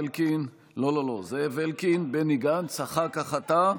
לא לא לא, זאב אלקין, בני גנץ, אחר כך אתה,